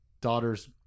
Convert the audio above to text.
daughter's